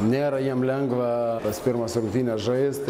nėra jiem lengva tas pirmas rungtynes žaist